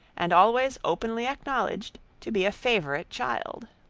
and always openly acknowledged, to be a favourite child.